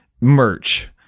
merch